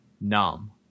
numb